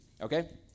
Okay